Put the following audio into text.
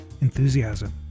enthusiasm